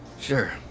Sure